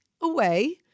away